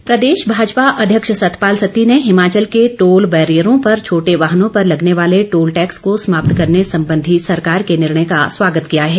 सत्ती प्रदेश भाजपा अध्यक्ष सतपाल सत्ती ने हिमाचल के टोल बैरियरों पर छोटे वाहनों पर लगने वाले टोल टैक्स को समाप्त करने संबंधी सरकार के निर्णय का स्वागत किया है